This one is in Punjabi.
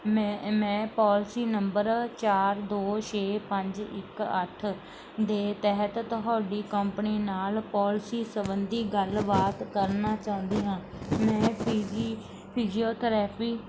ਮੈਂ ਮੈਂ ਪੋਲਸੀ ਨੰਬਰ ਚਾਰ ਦੋ ਛੇ ਪੰਜ ਇੱਕ ਅੱਠ ਦੇ ਤਹਿਤ ਤੁਹਾਡੀ ਕੰਪਨੀ ਨਾਲ ਪੋਲਸੀ ਸੰਬੰਧੀ ਗੱਲਬਾਤ ਕਰਨਾ ਚਾਹੁੰਦੀ ਹਾਂ ਮੈਂ ਫਿਜੀ ਫਿਜੀਓਥਰੈਪੀ